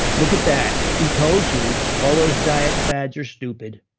look at that. we told you all those diet fads. you're stupid.